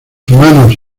humanos